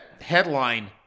headline